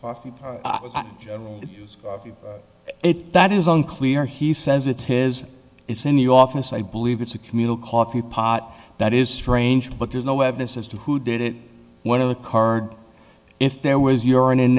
coffee is it that is unclear he says it's his it's in the office i believe it's a communal coffee pot that is strange but there's no evidence as to who did it whatever card if there was urine in